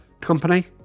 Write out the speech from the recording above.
company